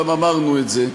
גם אמרנו את זה,